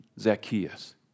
Zacchaeus